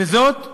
וזאת,